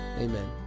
amen